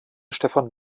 stefan